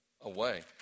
away